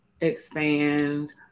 expand